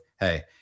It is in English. Hey